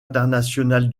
internationale